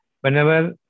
whenever